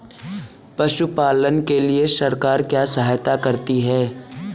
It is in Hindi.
पशु पालन के लिए सरकार क्या सहायता करती है?